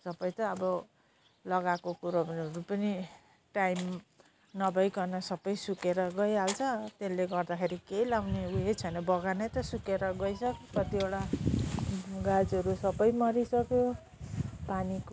सब त अब लगाएको कुरोहरू पनि टाइम नभईकन सब सुकेर गइहाल्छ त्यसले गर्दाखेरि केही लगाउने उयो छैन बगान त सुकेर गइसक्यो कतिवटा गाछहरू सब मरिसक्यो पानीको